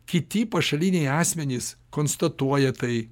kiti pašaliniai asmenys konstatuoja tai